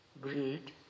greed